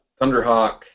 Thunderhawk